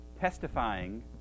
testifying